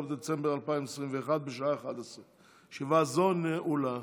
15 בדצמבר 2021, בשעה 11:00. ישיבה זו נעולה.